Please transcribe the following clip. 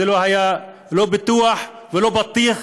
זה לא היה לא פיתוח ולא בטיח,